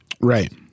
Right